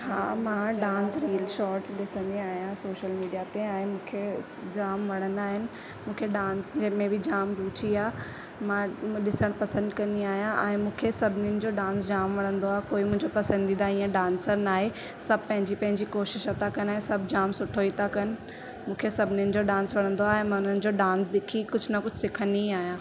हा मां dance reel shorts ॾिसंदी आहियां सोशल मीडिया ते ऐं मूंखे जाम वणंदा आहिनि मूंखे डांस रील में बि जाम रुची आहे मां ॾिसण पसंदि कंदी आहियां ऐं मूंखे सभिनिनि जो डांस जाम वणंदो आहे कोई मुंजोहिं पसंदीदा इअं डांसर न आहे सभु पंहिंजी पंहिंजी कोशिश था कनि ऐं सभु जाम सुठो ई था कनि मूंखे सभिनिनि जो डांस वणंदो आहे मां हुननि जो डांस ॾिसी कुझु न कुझु सिखंदी आहियां